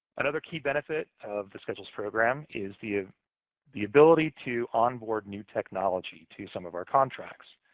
another key benefit of the schedules program is the ah the ability to onboard new technology to some of our contracts.